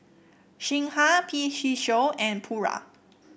Singha P C Show and Pura